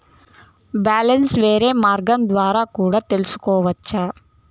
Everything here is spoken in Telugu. బ్యాలెన్స్ వేరే మార్గం ద్వారా కూడా తెలుసుకొనొచ్చా?